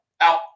out